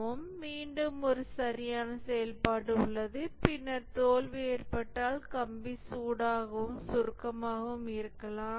மேலும் மீண்டும் ஒரு சரியான செயல்பாடு உள்ளது பின்னர் தோல்வி ஏற்பட்டால் கம்பி சூடாகவும் சுருக்கமாகவும் இருக்கலாம்